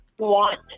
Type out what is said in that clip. want